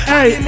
Hey